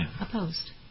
Opposed